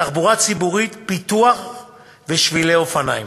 תחבורה ציבורית, פיתוח ושבילי אופניים.